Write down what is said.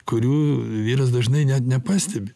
kurių vyras dažnai net nepastebi